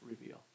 reveal